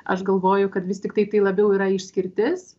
aš galvoju kad vis tiktai tai labiau yra išskirtis